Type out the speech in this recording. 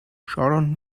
sharon